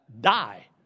die